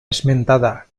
esmentada